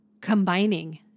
combining